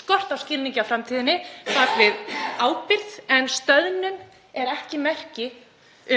skort á skilningi á framtíðinni á bak við ábyrgð, en stöðnun er ekki merki